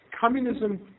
Communism